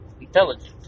Intelligent